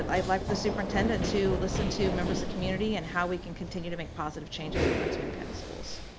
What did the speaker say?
i would like for the superintendent to listen to members of community and how we can continue to make positive changes in prince william county schools.